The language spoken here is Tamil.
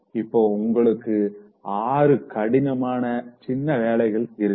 இப்போ உங்களுக்கு 6 கடினமான சின்ன வேலைகள் இருக்கு